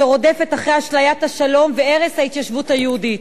שרודפת אחרי אשליית השלום והרס ההתיישבות היהודית,